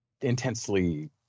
intensely